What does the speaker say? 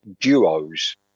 duos